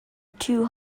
two